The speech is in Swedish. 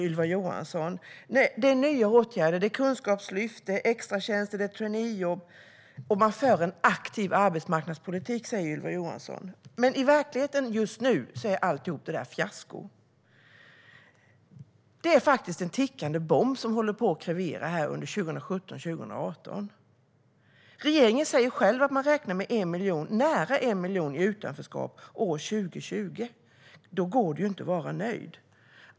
Det är nya åtgärder - kunskapslyft, extratjänster och traineejobb - och man för en aktiv arbetsmarknadspolitik, säger Ylva Johansson. Men i verkligheten just nu är allt detta ett fiasko. Det är faktiskt en tickande bomb som håller på att krevera under 2017 och 2018. Regeringen säger själv att den räknar med nära 1 miljon människor i utanförskap år 2020. Då går det ju inte att vara nöjd.